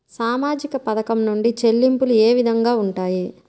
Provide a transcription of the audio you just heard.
సామాజిక పథకం నుండి చెల్లింపులు ఏ విధంగా ఉంటాయి?